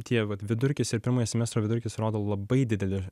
tie vat vidurkis ir pirmojo semestro vidurkis rodo labai didelį